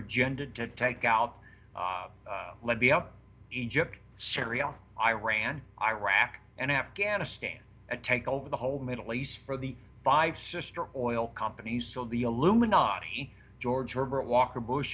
agenda to take out libya egypt syria iran iraq and afghanistan and take over the whole middle east for the five sister oil companies so the illuminati george herbert walker bush